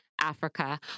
Africa